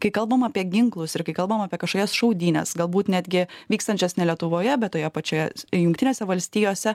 kai kalbam apie ginklus ir kai kalbam apie kažkokias šaudynes galbūt netgi vykstančias ne lietuvoje bet toje pačioje jungtinėse valstijose